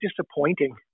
disappointing